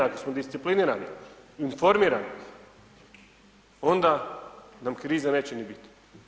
Ako smo disciplinirani, informirani onda nam krize neće niti biti.